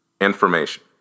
information